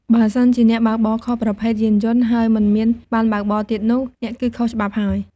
បើសិនជាអ្នកបើកបរខុសប្រភេទយានយន្ដ ហើយមិនមានប័ណ្ណបើកបរទៀតនោះ អ្នកគឺខុសច្បាប់ហើយ។